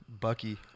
Bucky